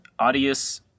audius